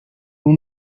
will